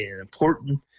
important